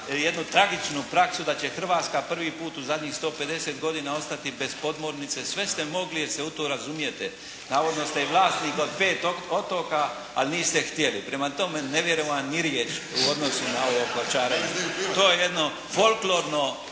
jednu tragičnu praksu da će Hrvatska prvi puta u zadnjih 150 godina ostati bez podmornice. Sve ste mogli jer se u to razumijete. Navodno ste i vlasnik od pet otoka, ali niste htjeli. Prema tome ne vjerujem vam ni riječ u odnosu na ovo kočarenje. To je jedno folklorno